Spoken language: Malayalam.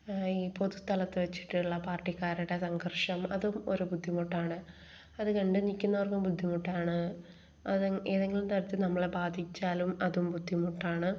ഈ പൊതു സ്ഥലത്ത് വെച്ചിട്ടുള്ള ഈ പാർട്ടിക്കരുടെ സംഘർഷം അതും ഒരു ബുദ്ധിമുട്ടാണ് അത് കണ്ട് നിൽക്കുന്നവർക്കും ബുദ്ധിമുട്ടാണ് അത് ഏതെങ്കിലും തരത്തിൽ നമ്മളെ ബാധിച്ചാലും അതും ബുദ്ധിമുട്ടാണ്